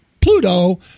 Pluto